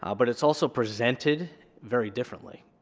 um but it's also presented very differently,